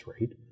rate